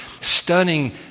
stunning